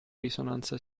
risonanza